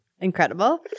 Incredible